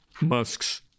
Musk's